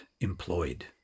employed